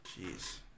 Jeez